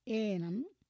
enam